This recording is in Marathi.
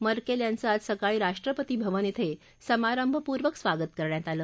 मर्केल यांचं आज सकाळी राष्ट्रपती भवन ध्वं समारंभपूर्वक स्वागत करण्यात आलं